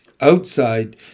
Outside